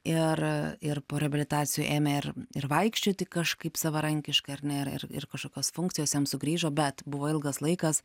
ir ir po reabilitacijų ėmė ir ir vaikščioti kažkaip savarankiškai ar ne ir ir ir kažkokios funkcijos jam sugrįžo bet buvo ilgas laikas